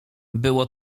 było